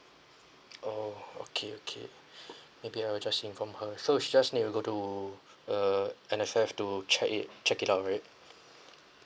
orh okay okay maybe I'll just inform her so she just need to go to uh M_S_F to check it check it out right